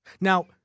Now